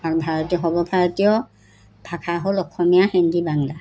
কাৰণ ভাৰতীয় সৰ্বভাৰতীয় ভাষা হ'ল অসমীয়া হিন্দী বাংলা